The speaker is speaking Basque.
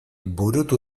burutu